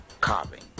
carving